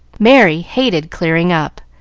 merry hated clearing up,